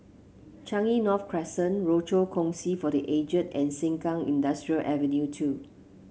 Changi North Crescent Rochor Kongsi for The Aged and Sengkang Industrial Avenue two